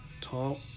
talk